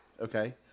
Okay